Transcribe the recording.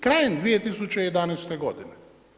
Krajem 2011. godine.